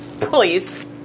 please